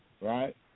right